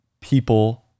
people